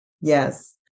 Yes